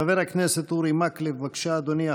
חבר הכנסת אורי מקלב, בבקשה, אדוני.